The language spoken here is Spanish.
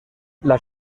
las